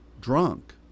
drunk